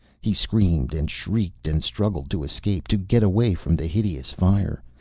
he screamed and shrieked and struggled to escape, to get away from the hideous fire.